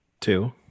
Two